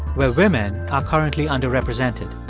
where women are currently underrepresented